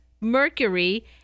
mercury